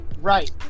Right